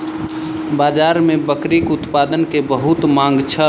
बाजार में बकरीक उत्पाद के बहुत मांग छल